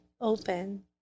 open